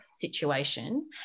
situation